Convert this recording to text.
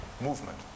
movement